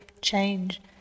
change